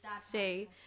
say